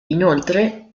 inoltre